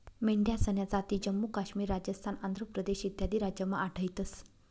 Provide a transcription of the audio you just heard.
मेंढ्यासन्या जाती जम्मू काश्मीर, राजस्थान, आंध्र प्रदेश इत्यादी राज्यमा आढयतंस